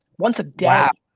once a day. wow,